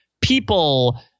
people